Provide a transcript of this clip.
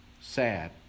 sad